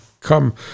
come